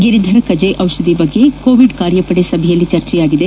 ಗಿರಿಧರ ಕಜೆ ಔಷಧಿ ಬಗ್ಗೆ ಕೋವಿಡ್ ಕಾರ್ಯಪಡೆ ಸಭೆಯಲ್ಲಿ ಚರ್ಚೆಯಾಗಿದೆ